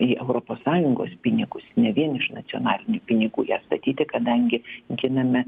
į europos sąjungos pinigus ne vien iš nacionalinių pinigų ją statyti kadangi giname